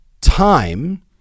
time